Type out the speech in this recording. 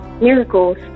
miracles